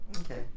Okay